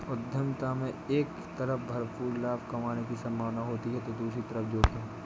उद्यमिता में एक तरफ भरपूर लाभ कमाने की सम्भावना होती है तो दूसरी तरफ जोखिम